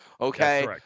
Okay